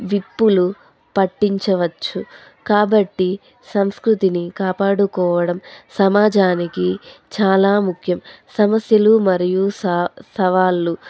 విప్పులు పట్టించవచ్చు కాబట్టి సంస్కృతిని కాపాడుకోవడం సమాజానికి చాలా ముఖ్యం సమస్యలు మరియు స సవాళ్ళు